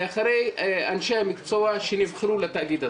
מאחורי אנשי המקצוע שנבחרו לתאגיד הזה,